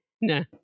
No